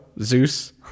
Zeus